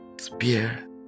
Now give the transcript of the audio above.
spear